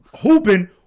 hooping